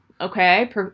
okay